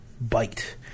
bite